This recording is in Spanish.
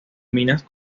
minas